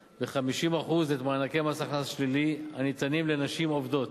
ב-50% את מענקי מס הכנסה שלילי הניתנים לנשים עובדות,